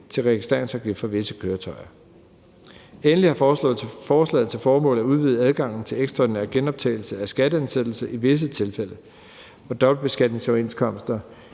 til registreringsafgift for visse køretøjer. Endelig har forslaget til formål at udvide adgangen til ekstraordinær genoptagelse af skatteansættelse i visse tilfælde, hvor en dobbeltbeskatningsoverenskomst